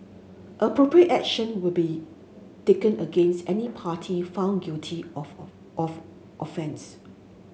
appropriate action will be taken against any party found guilty of of offence